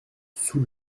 sous